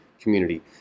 community